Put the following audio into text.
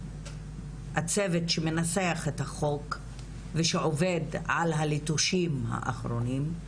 הצוות שמנסח את החוק ושעובד על הליטושים האחרונים,